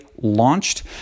launched